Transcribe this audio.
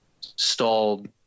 stalled